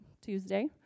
Tuesday